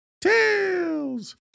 Tails